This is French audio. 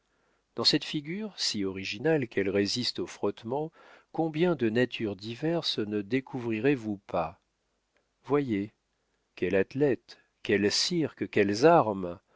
dans cette figure si originale qu'elle résiste au frottement combien de natures diverses ne découvrirez vous pas voyez quel athlète quel cirque quelles armes